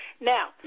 Now